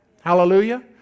Hallelujah